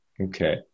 Okay